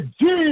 Jesus